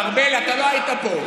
ארבל, אתה לא היית פה.